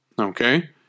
okay